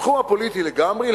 בתחום הפוליטי לגמרי.